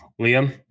Liam